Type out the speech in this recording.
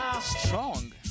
strong